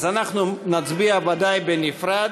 אנחנו נצביע בנפרד,